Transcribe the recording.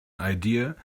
idea